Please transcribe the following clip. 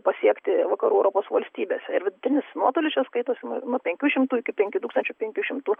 pasiekti vakarų europos valstybes ir vidutinis nuotolis čia skaitosi nuo penkių šimtų iki penkių tūkstančių penkių šimtų